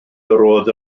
roedd